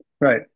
Right